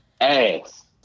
ass